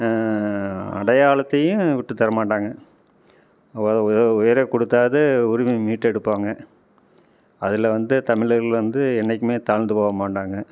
அடையாளத்தையும் விட்டு தரமாட்டாங்க உ உ உயிரக்கொடுத்தாவது உரிமையே மீட்டு எடுப்பாங்க அதில் வந்து தமிழர்கள் வந்து என்னைக்குயுமே தாழ்ந்து போக மாட்டாங்க